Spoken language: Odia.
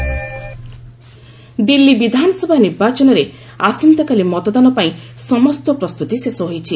ଦିଲ୍ଲୀ ଇଲେକ୍ସନ ଦିଲ୍ଲୀ ବିଧାନସଭା ନିର୍ବାଚନରେ ଆସନ୍ତାକାଲି ମତଦାନ ପାଇଁ ସମସ୍ତ ପ୍ରସ୍ତୁତି ଶେଷ ହୋଇଛି